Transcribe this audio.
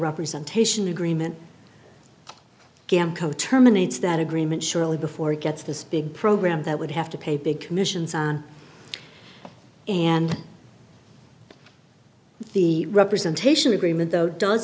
representation agreement gam co terminates that agreement shortly before it gets this big program that would have to pay big commissions on and the representation agreement though does